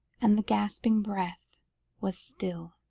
and the gasping breath was still.